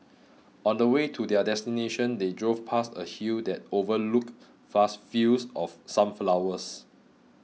on the way to their destination they drove past a hill that overlooked vast fields of sunflowers